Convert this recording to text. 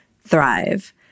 thrive